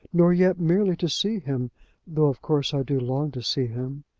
nor yet merely to see him though of course i do long to see him!